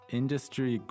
industry